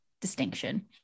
distinction